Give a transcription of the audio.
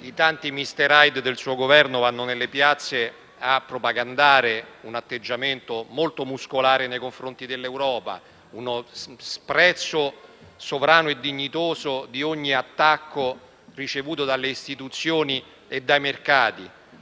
i tanti mister Hyde del suo Governo vanno nelle piazze a propagandare un atteggiamento molto muscolare nei confronti dell'Europa, uno sprezzo sovrano e dignitoso di ogni attacco ricevuto dalle istituzioni e dai mercati,